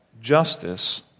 justice